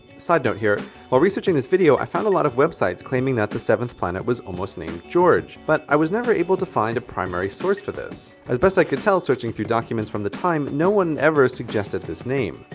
sidenote here while researching this video i found a lot of websites claiming that the seventh planet was almost named george, but i was never able to find a primary source for this. as best i could tell searching from documents from the time no one ever suggested this name.